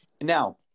Now